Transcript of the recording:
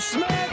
Smith